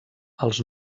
els